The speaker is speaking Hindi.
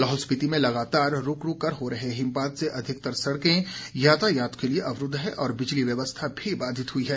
लाहौल स्पीति में लगातार रूक रूक कर हो रहे हिमपात से अधिकतर सड़कें यातायात के लिए अवरूद्व हैं और बिजली व्यवस्था भी बाधित हुई है